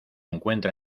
encuentra